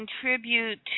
contribute